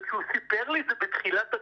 כשהוא סיפר לי את זה בתחילת הדרך,